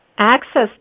Access